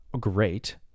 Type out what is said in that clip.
great